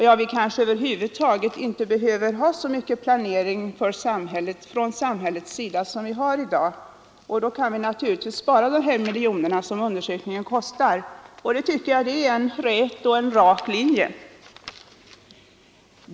Ja, vi kanske över huvud taget inte behöver så mycket planering från samhällets sida som förekommer i dag. Vi skulle därför kunna spara in de miljoner som undersökningen kostar. Det är en klar linje.